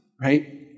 right